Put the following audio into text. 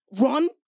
run